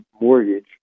mortgage